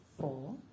four